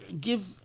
give